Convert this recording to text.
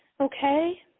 okay